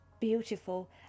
beautiful